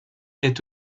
est